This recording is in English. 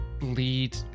lead